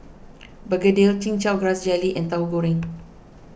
Begedil Chin Chow Grass Jelly and Tauhu Goreng